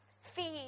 feed